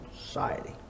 society